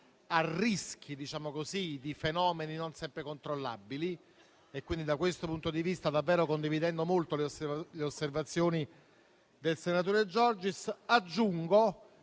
a rischi di fenomeni non sempre controllabili. Da questo punto di vista, davvero condivido molto le osservazioni del senatore Giorgis. Aggiungo